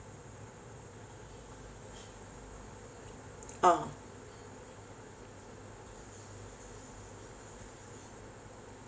orh